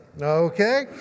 Okay